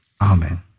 Amen